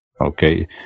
Okay